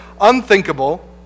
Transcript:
unthinkable